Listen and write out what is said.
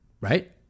right